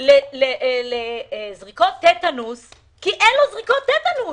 לקבל זריקות טטנוס כי אין לו זריקות טטנוס.